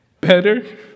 better